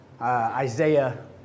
Isaiah